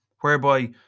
whereby